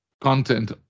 content